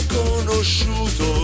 conosciuto